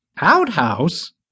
Outhouse